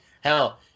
hell